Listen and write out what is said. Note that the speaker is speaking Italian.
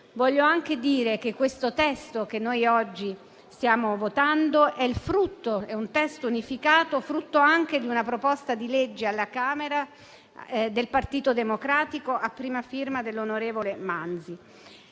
Vorrei anche dire che quello che noi oggi stiamo votando è un testo unificato, frutto anche di una proposta di legge del Partito Democratico, a prima firma dell'onorevole Manzi.